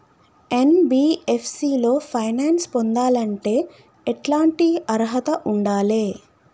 NBFC లో finance పొందాలంటే ఎట్లాంటి అర్హత ఉండాలే?